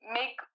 make